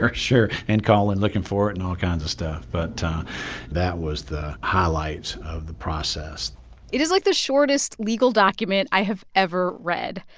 sure, sure, and calling, looking for it and all kinds of stuff. but that was the highlight of the process it is, like, the shortest legal document i have ever read.